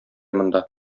монда